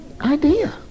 idea